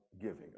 giving